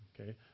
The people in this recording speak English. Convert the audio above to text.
okay